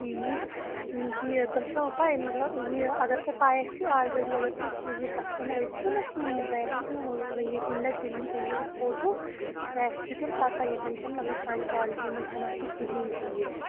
ٹھیٖک یہِ تۄہہِ چھَو پَے مطلب یہِ اگر تۄہہِ پَے آسِو آلریڈی اگر تُہۍ سُہ یہِ کَسٹمَر ٲسِو نا سٲنۍ تۄہہِ آسیو مطلب یہِ کُنہِ لَٹہِ تُلۍ مٕتۍ ییٚمہِ دۄہ فوٹو تۄہہِ آسیو تیٚلہِ پَتہ ییٚتٮ۪ن چھَنہٕ مطلب سانہِ کالٹی منٛز چھَنہٕ آسان کِہیٖنۍ تہِ یہِ